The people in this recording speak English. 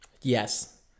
Yes